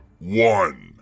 one